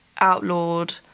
outlawed